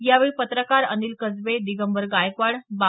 यावेळी पत्रकार अनिल कसबे दिगंबर गायकवाड बा